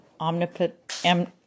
omnipotent